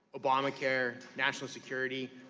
obamacare, national security.